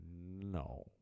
no